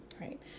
Right